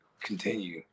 continue